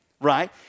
Right